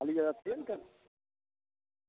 खाली अथिए नहि करलखिन